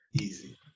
Easy